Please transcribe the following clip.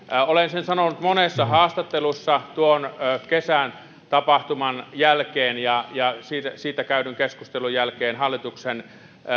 olen sen sanonut monessa haastattelussa tuon kesän tapahtuman ja ja siitä käydyn keskustelun jälkeen hallituksen